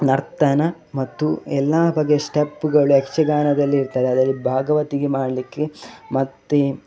ನರ್ತನ ಮತ್ತು ಎಲ್ಲ ಬಗೆಯ ಸ್ಟೆಪ್ಪುಗಳು ಯಕ್ಷಗಾನದಲ್ಲಿ ಇರ್ತದೆ ಅದರಲ್ಲಿ ಭಾಗವತಿಕೆ ಮಾಡಲಿಕ್ಕೆ ಮತ್ತು